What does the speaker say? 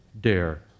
dare